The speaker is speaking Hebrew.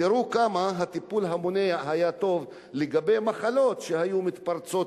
תראו כמה הטיפול המונע היה טוב לגבי מחלות שהיו מתפרצות,